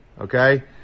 Okay